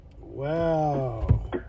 Wow